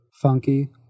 funky